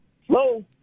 Hello